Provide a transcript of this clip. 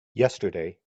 yesterday